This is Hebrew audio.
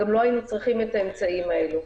גם לא היינו צריכים את האמצעים האלו.